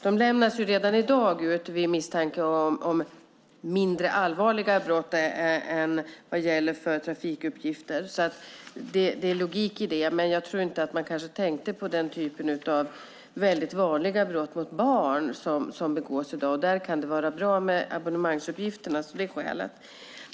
De lämnas ju redan i dag ut vid misstanke om mindre allvarliga brott än vad gäller för trafikuppgifter, så det är logik i det. Men jag tror att man kanske inte tänkte på den typen av vanliga brott mot barn som begås i dag, där det kan vara bra med abonnemangsuppgifterna. Det är skälet.